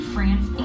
France